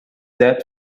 dead